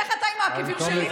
לך אתה עם העקבים שלי,